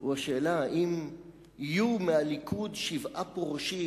הוא השאלה אם יהיו מהליכוד שבעה פורשים